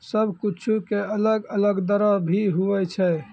सब कुछु के अलग अलग दरो भी होवै छै